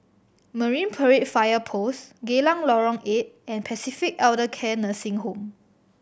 Marine Parade Fire Post Geylang Lorong Eight and Pacific Elder Care Nursing Home